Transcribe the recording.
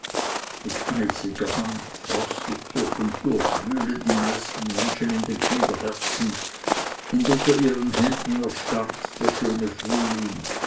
mit eisiger hand frostig durch und durch wühlen die meisten menschen in den kinderherzen und unter ihren händen erstarrt der schöne frühling